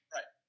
Right